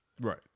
right